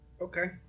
Okay